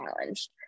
challenge